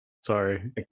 Sorry